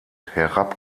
herab